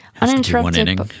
uninterrupted